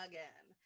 Again